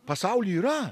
pasauly yra